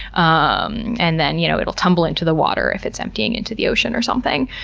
um and then you know it'll tumble into the water if it's emptying into the ocean or something.